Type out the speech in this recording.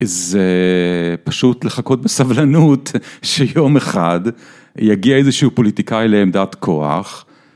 זה פשוט לחכות בסבלנות שיום אחד יגיע איזשהו פוליטיקאי לעמדת כוח.